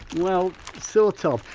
well sort of.